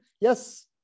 yes